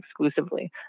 exclusively